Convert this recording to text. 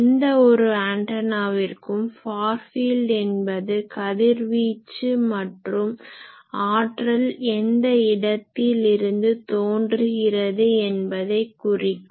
எந்த ஒரு ஆன்டனாவிற்கும் ஃபார் ஃபீல்ட் என்பது கதிர்வீச்சு மற்றும் ஆற்றல் எந்த இடத்தில் இருந்து தோன்றுகிறது என்பதை குறிக்கும்